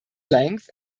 length